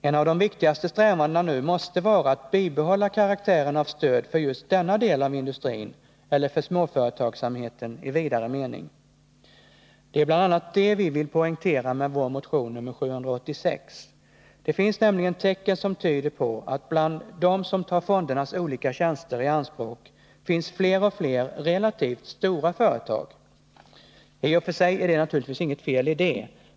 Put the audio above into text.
Ett av de viktigaste strävandena nu måste vara att bibehålla karaktären av stöd för just denna del av industrin eller för småföretagsverksamheten i vidare mening. Det är bl.a. det vi vill poängtera med vår motion 786. Det finns nämligen tecken som tyder på att bland dem som tar fondernas olika tjänster i anspråk finns fler och fler relativt stora företag. I och för sig är det naturligtvis inget fel i det.